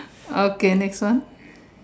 okay this one